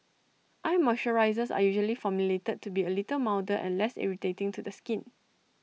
eye moisturisers are usually formulated to be A little milder and less irritating to the skin